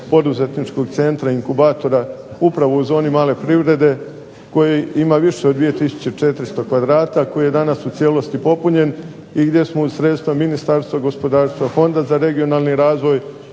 poduzetničkog centra inkubatora, upravo u zoni male privrede, koji ima više od 2 tisuće 400 kvadrata, koji je danas u cijelosti popunjen, i gdje smo uz sredstva Ministarstva gospodarstva, Fonda za regionalni razvoj